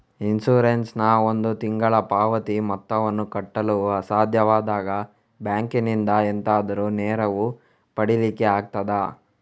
Insurance ನ ಒಂದು ತಿಂಗಳ ಪಾವತಿ ಮೊತ್ತವನ್ನು ಕಟ್ಟಲು ಅಸಾಧ್ಯವಾದಾಗ ಬ್ಯಾಂಕಿನಿಂದ ಎಂತಾದರೂ ನೆರವು ಪಡಿಲಿಕ್ಕೆ ಆಗ್ತದಾ?